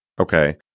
Okay